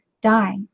die